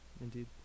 Indeed